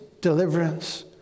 deliverance